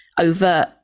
overt